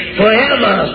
forever